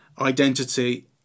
identity